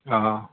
অঁ